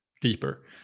deeper